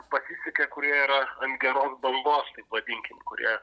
pasisekė kurie yra ant geros bangos taip vadinkim kurie